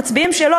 המצביעים שלו,